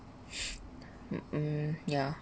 mm yeah